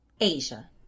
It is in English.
Asia